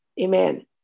Amen